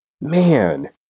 man